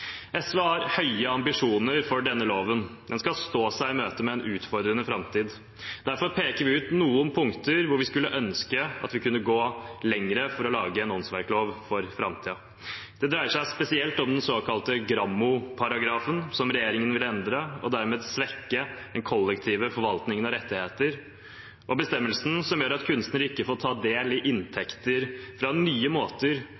SV har høye ambisjoner for denne loven. Den skal stå seg i møte med en utfordrende framtid. Derfor peker vi ut noen punkter hvor vi skulle ønske at vi kunne gå lenger for å lage en åndsverklov for framtiden. Det dreier seg spesielt om den såkalte Gramo-paragrafen, som regjeringen vil endre og dermed svekke den kollektive forvaltningen av rettigheter, og bestemmelsen som gjør at kunstnerne ikke får ta del i inntektene fra nye måter